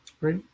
Right